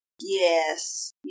yes